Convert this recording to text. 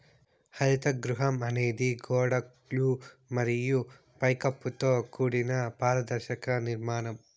హరిత గృహం అనేది గోడలు మరియు పై కప్పుతో కూడిన పారదర్శక నిర్మాణం